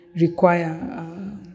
require